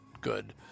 good